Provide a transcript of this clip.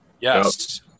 Yes